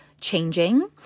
Changing